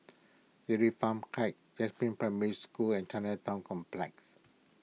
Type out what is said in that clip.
Dairy Farm Heights Jasmine Primary School and Chinatown Complex